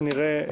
כנראה,